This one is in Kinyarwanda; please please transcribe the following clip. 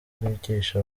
bwigisha